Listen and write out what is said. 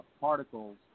particles